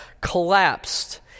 collapsed